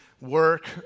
work